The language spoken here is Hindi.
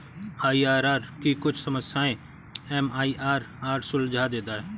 आई.आर.आर की कुछ समस्याएं एम.आई.आर.आर सुलझा देता है